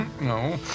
No